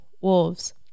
Wolves